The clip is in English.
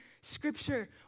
scripture